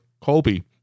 Colby